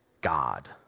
God